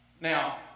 Now